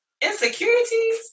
insecurities